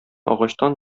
агачтан